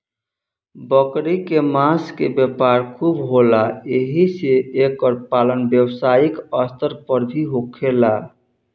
बकरी के मांस के व्यापार खूब होला एही से एकर पालन व्यवसायिक स्तर पर भी होखेला